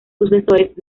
sucesores